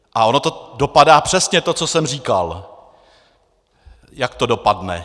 A ono to dopadá přesně to, co jsem říkal, jak to dopadne.